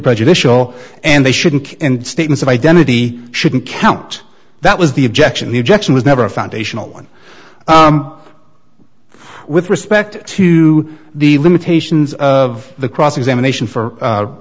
prejudicial and they shouldn't and statements of identity shouldn't count that was the objection ejection was never a foundational one with respect to the limitations of the cross examination for